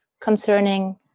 concerning